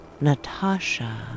Natasha